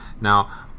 Now